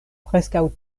preskaŭ